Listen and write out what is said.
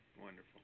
Wonderful